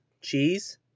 Cheese